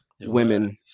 women